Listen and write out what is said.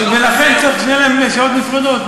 אם יש משהו שלא, ולכן צריך שיהיו להם שעות נפרדות.